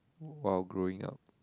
!wah! growing up